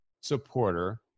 supporter